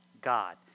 God